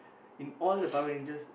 in all the Power-Rangers